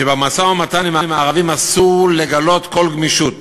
שבמשא-ומתן עם הערבים אסור לגלות כל גמישות,